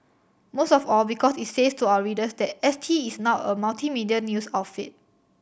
most of all because it says to our readers that S T is now a multimedia news outfit